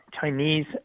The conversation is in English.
chinese